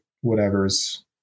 whatever's